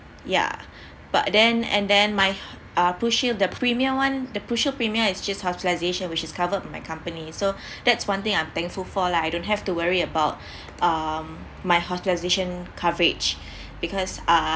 ya but then and then my uh crucial the premium one the crucial premier is just hospitalization which is covered by my company so that's one thing I'm thankful for lah I don't have to worry about uh my hospitalisation coverage because ah